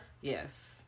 yes